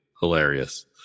hilarious